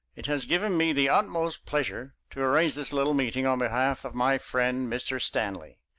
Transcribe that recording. it has given me the utmost pleasure to arrange this little meeting on behalf of my friend, mr. stanley.